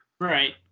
Right